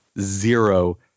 zero